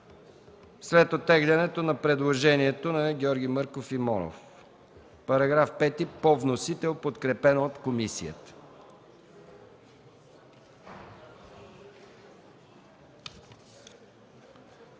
след оттегляне на предложенията на Георги Мърков и Христо Монов. Параграф 5 по вносител е подкрепен от комисията.